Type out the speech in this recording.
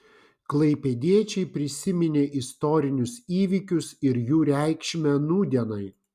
klaipėdiečiai prisiminė istorinius įvykius ir jų reikšmę nūdienai